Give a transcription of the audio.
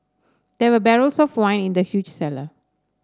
there were barrels of wine in the huge cellar